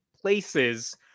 places